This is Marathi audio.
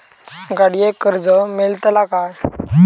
गाडयेक कर्ज मेलतला काय?